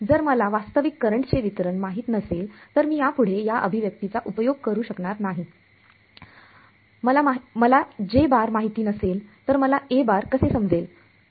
जर मला वास्तविक करंटचे वितरण माहित नसेल तर मी यापुढे या अभिव्यक्तीचा योग्य वापर करू शकत नाही मला माहिती नसेल तर मला कसे समजेल कॉन्वोलुशन